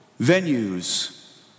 venues